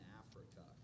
africa